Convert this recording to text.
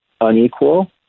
unequal